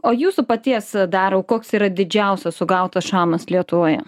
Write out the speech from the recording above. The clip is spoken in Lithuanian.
o jūsų paties dariau koks yra didžiausias sugautas šamas lietuvoje